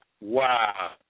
Wow